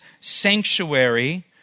sanctuary